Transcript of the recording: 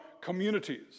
communities